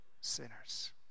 sinners